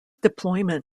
deployment